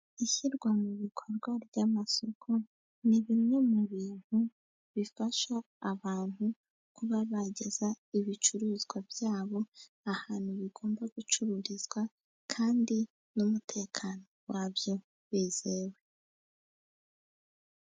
Ishyirwa mu bikorwa ry'amasoko, ni bimwe mu bintu bifasha abantu kuba bageza ibicuruzwa byabo ahantu bigomba gucururizwa, kandi n'umutekano wabyo wizewe.